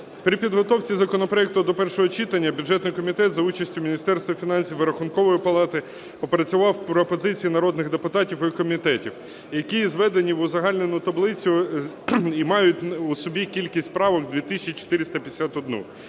При підготовці законопроекту до першого читання бюджетний комітет за участю Міністерства фінансів і Рахункової палати опрацював пропозиції народних депутатів і комітетів, які зведені в узагальнену таблицю і мають у собі кількість правок дві